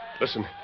Listen